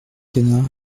canard